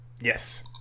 Yes